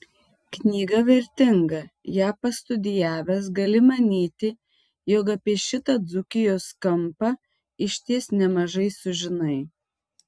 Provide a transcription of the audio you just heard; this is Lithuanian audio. knyga vertinga ją pastudijavęs gali manyti jog apie šitą dzūkijos kampą išties nemažai sužinai